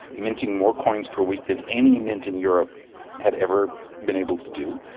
minting more coins per week than any mint in europe had ever been able to do.